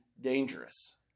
dangerous